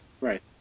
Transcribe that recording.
Right